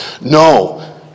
No